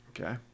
Okay